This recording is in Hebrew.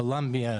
קולומביה,